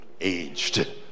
aged